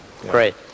Great